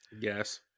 Yes